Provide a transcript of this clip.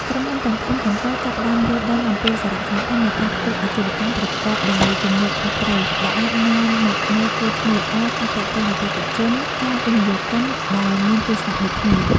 ក្រុមហ៊ុនទាំងធំទាំងតូចចាប់ផ្តើមយល់ដឹងអំពីសារៈសំខាន់នៃការធ្វើអាជីវកម្មប្រកបដោយទំនួលខុសត្រូវ ដែលអាចនាំមកនូវកេរ្តិ៍ឈ្មោះល្អ ការទាក់ទាញអតិថិជន និងវិនិយោគិនដែលមានទស្សនៈដូចគ្នា ។